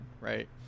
right